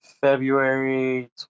February